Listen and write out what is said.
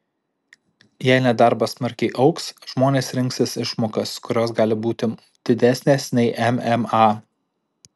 jei nedarbas smarkiai augs žmonės rinksis išmokas kurios gali būti didesnės nei mma